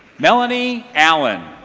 melanie allen.